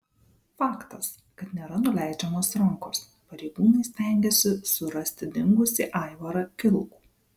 faktas kad nėra nuleidžiamos rankos pareigūnai stengiasi surasti dingusį aivarą kilkų